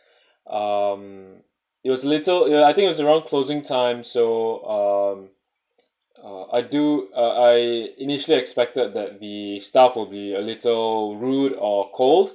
um it was little uh I think it was around closing time so um uh I do uh I initially expected that the staff will be a little rude or cold